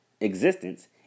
existence